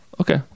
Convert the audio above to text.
Okay